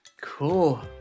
Cool